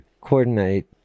coordinate